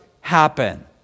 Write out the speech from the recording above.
happen